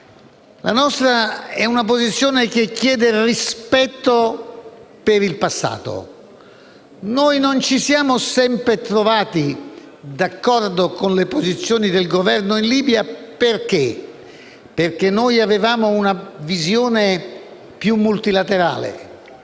la nostra posizione, che chiede rispetto per il passato. Non ci siamo sempre trovati d'accordo con le posizioni del Governo in Libia perché avevamo una visione più multilaterale,